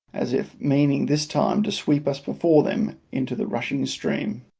as if meaning this time to sweep us before them into the rushing stream.